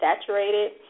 saturated